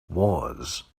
was